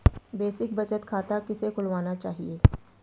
Basic बचत खाता किसे खुलवाना चाहिए?